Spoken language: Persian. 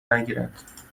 نگیرند